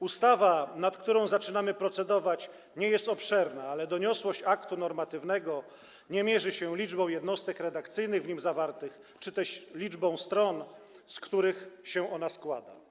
Ustawa, nad którą zaczynamy procedować, nie jest obszerna, ale doniosłości aktu normatywnego nie mierzy się liczbą jednostek redakcyjnych w nim zawartych czy też liczbą stron, z których się on składa.